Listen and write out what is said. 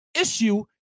issue